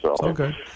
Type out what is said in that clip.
Okay